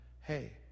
hey